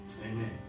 Amen